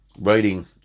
writing